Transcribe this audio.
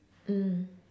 mm